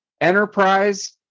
enterprise